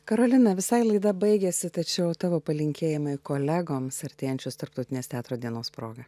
karolina visai laida baigėsi tačiau tavo palinkėjimai kolegoms artėjančios tarptautinės teatro dienos proga